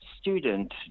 student